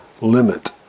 limit